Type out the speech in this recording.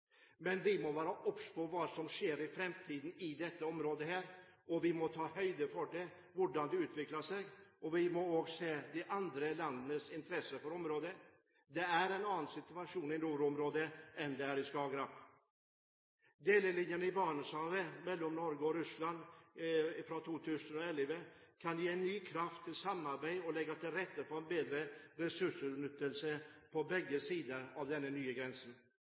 men vi må være obs på hva som kan skje i framtiden i dette området, vi må ta høyde for hvordan det kan utvikle seg, og også se på de andre landenes interesse for området. Det er en annen situasjon i nordområdene enn i Skagerrak. Delelinjeavtalen i Barentshavet mellom Norge og Russland fra 2011 gir ny kraft til samarbeid og til å legge til rette for en bedre ressursutnyttelse på begge sider av denne nye grensen.